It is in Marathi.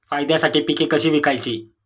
फायद्यासाठी पिके कशी विकायची?